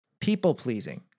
people-pleasing